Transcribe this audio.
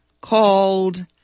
called